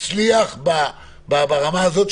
עבר בהצלחה,